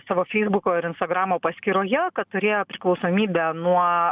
savo feisbuko ir instagramo paskyroje kad turėjo priklausomybę nuo